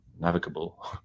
navigable